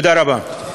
תודה רבה.